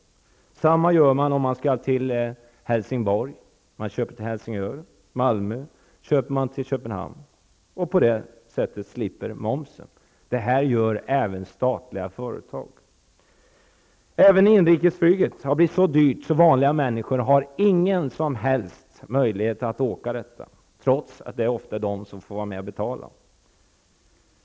Detsamma gäller om man skall åka till Helsingborg eller Malmö. Då köper man biljett till Helsingör resp. Köpenhamn och slipper på så sätt momsen. Och detta gör även statliga företag. Även inrikesflyget har blivit så dyrt att vanliga människor inte har någon som helst möjlighet att flyga, trots att det ofta är dessa som får vara med och betala.